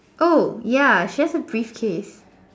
oh ya she has a briefcase